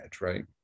right